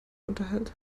unterhält